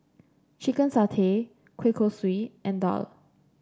Chicken Satay Kueh Kosui and Daal